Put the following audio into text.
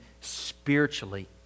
spiritually